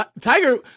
Tiger